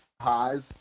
highs